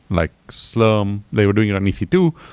like slurm. they were doing it on e c two,